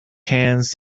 hands